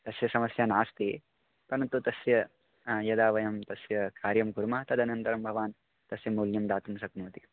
तस्य समस्या नास्ति तदनन्तरं तस्य यदा वयं तस्य कार्यं कुर्मः तदनन्तरं भवान् तस्य मूल्यं दातुं शक्नोति